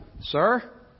Sir